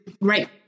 right